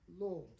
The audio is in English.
Lord